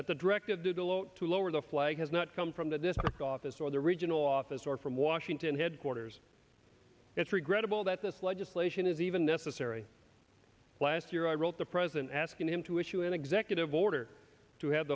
that the directive did a lot to lower the flag has not come from the this office or the regional office or from washington headquarters it's regrettable that this legislation is even necessary last year i wrote the president asking him to issue an executive order to have